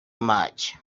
much